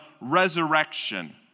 resurrection